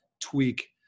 tweak